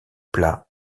plat